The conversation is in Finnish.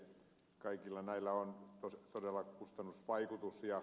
kaikilla näillä on todella kustannusvaikutusta